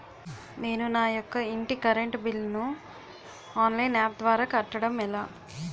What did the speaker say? నేను నా యెక్క ఇంటి కరెంట్ బిల్ ను ఆన్లైన్ యాప్ ద్వారా కట్టడం ఎలా?